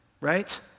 Right